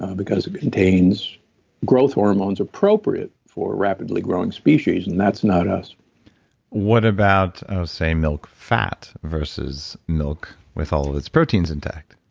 ah because it contains growth hormones appropriate for rapidly growing species, and that's not us what about say milk fat versus milk with all of its proteins intact?